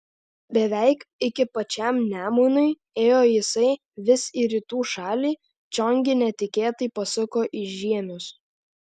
beveik iki pačiam nemunui ėjo jisai vis į rytų šalį čion gi netikėtai pasuko į žiemius